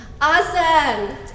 Awesome